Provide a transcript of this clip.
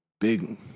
Big